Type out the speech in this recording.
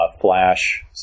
flash